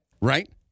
Right